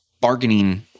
bargaining